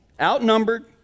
Outnumbered